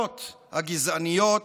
והמפלצות הגזעניות